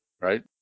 right